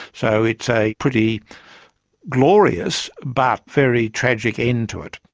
so it's a pretty glorious, but very tragic end to it.